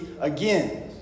again